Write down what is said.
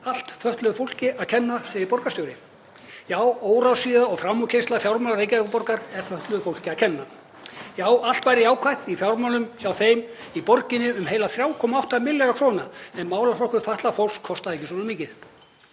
Allt fötluðu fólki að kenna, segir borgarstjóri. Já, óráðsía og framúrkeyrsla í fjármálum Reykjavíkurborgar er fötluðu fólki að kenna. Allt væri jákvætt í fjármálum hjá þeim í borginni um heila 3,8 milljarða kr. ef málaflokkur fatlaðs fólks kostaði ekki svona mikið.